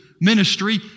ministry